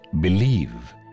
believe